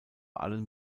allen